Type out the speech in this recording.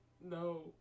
no